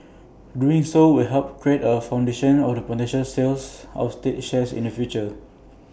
doing so will help create A foundation of the potential sales of state shares in the future